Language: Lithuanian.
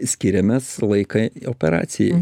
skiriam mes laiką operacijai